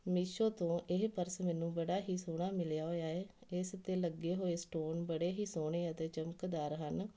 ਮੀਸ਼ੋ ਤੋਂ ਇਹ ਪਰਸ ਮੈਨੂੰ ਬੜਾ ਹੀ ਸੋਹਣਾ ਮਿਲਿਆ ਹੋਇਆ ਹੈ ਇਸ 'ਤੇ ਲੱਗੇ ਹੋਏ ਸਟੋਨ ਬੜੇ ਹੀ ਸੋਹਣੇ ਅਤੇ ਚਮਕਦਾਰ ਹਨ